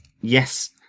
yes